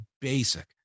basic